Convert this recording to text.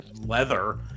leather